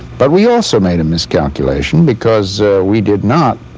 but we also made a miscalculation because we did not